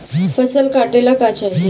फसल काटेला का चाही?